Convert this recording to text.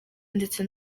ndetse